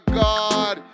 god